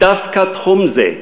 דווקא תחום זה,